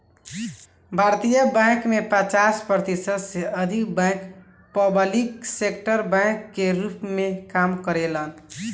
भारतीय बैंक में पचास प्रतिशत से अधिक बैंक पब्लिक सेक्टर बैंक के रूप में काम करेलेन